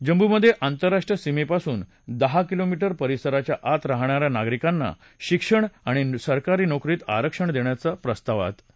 जम्मूमधे आंतरराष्ट्रीय सीमेपासून दहा किलोमी े परिसराच्या आत राहणा या नागरिकांना शिक्षण आणि सरकारी नोकरीत आरक्षण देण्याचं यात प्रस्तावित आहे